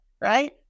right